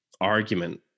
argument